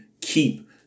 keep